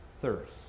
thirst